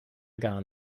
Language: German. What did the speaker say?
gar